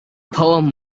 poem